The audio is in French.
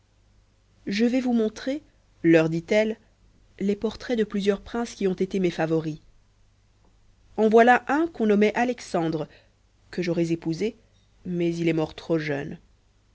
je vais vous montrer leur dit-elle les portraits de plusieurs princes qui ont été mes favoris en voilà un qu'on nommait alexandre que j'aurais épousé mais il est mort trop jeune